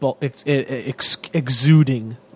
exuding